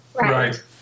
Right